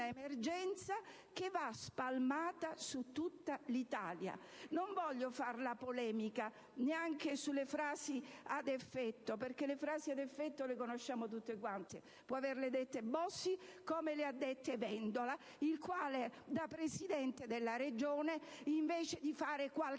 un'emergenza che va spalmata su tutta l'Italia. Non intendo fare polemica neanche sulle frasi ad effetto, perché - le conosciamo tutti - può averle dette Bossi, come le ha dette Vendola, il quale, da presidente della Regione Puglia, invece di fare qualcosa